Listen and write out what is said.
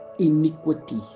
iniquity